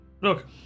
Look